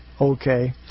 Okay